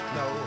no